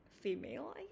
female